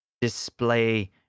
Display